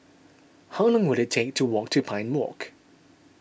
how long will it take to walk to Pine Walk